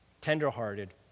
tenderhearted